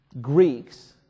Greeks